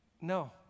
no